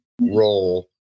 role